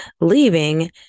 leaving